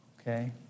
Okay